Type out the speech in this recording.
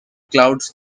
clouds